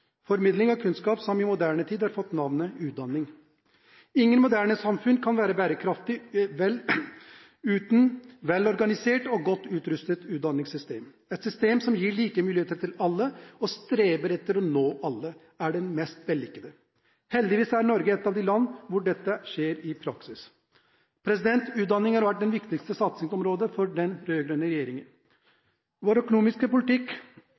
kunnskap har i moderne tid har fått navnet utdanning. Ingen moderne samfunn kan være bærekraftige uten et velorganisert og godt utrustet utdanningssystem. Et system som gir like muligheter til alle, og streber etter å nå alle, er det mest vellykkede. Heldigvis er Norge et av de land hvor dette skjer i praksis. Utdanning har vært det viktigste satsingsområdet for den rød-grønne regjeringen. Vår økonomiske politikk